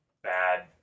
bad